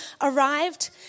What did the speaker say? arrived